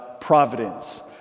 providence